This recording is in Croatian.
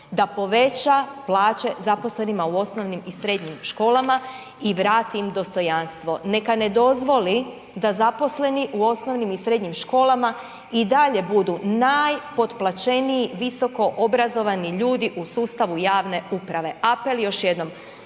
Da poveća plaće zaposlenima i osnovnim i srednjim školama i vrati im dostojanstvo. Neka ne dozvoli da zaposlenici u osnovnim i srednjim školama i dalje budu najpotplaćeniji visoko obrazovani ljudi u sustavu javne uprave. Apel još jednom,